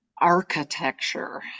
architecture